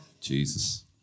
Jesus